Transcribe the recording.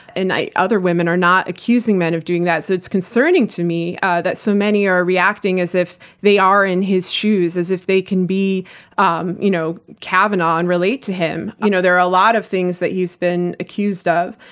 and other women are not accusing men of doing that. so, it's concerningto me ah that so many are reacting as if they are in his shoes, as if they can be um you know kavanaugh and relate to him. you know there are a lot of things that he's been accused of,